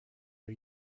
are